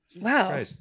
Wow